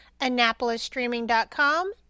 AnnapolisStreaming.com